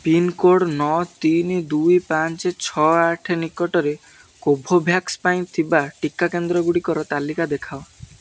pincode ନଅ ତିନି ଦୁଇ ପାଞ୍ଚ ଛଅ ଆଠ ନିକଟରେ କୋଭୋଭ୍ୟାକ୍ସ୍ ପାଇଁ ଥିବା ଟିକା କେନ୍ଦ୍ରଗୁଡ଼ିକର ତାଲିକା ଦେଖାଅ